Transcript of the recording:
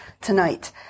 tonight